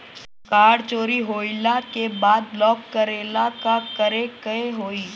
Card चोरी होइला के बाद ब्लॉक करेला का करे के होई?